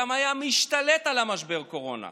גם היה משתלט על משבר הקורונה.